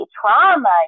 trauma